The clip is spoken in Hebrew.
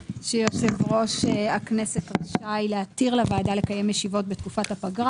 שיושב-ראש הכנסת רשאי להתיר לוועדה לקיים ישיבות בתקופת הפגרה.